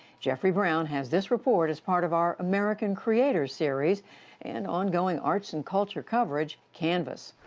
jeffrey brown has this report as part of our american creators series and ongoing arts and culture coverage, canvas.